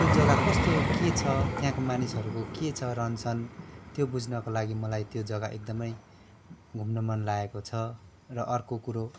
त्यो जग्गा कस्तो के छ त्यहाँको मानिसहरूको के छ रहन सहन त्यो बुझ्नको लागि मलाई त्यो जग्गा एकदमै घुम्नु मन लागेको छ र अर्को कुरो